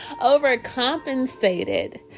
overcompensated